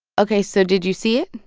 ok. so did you see it?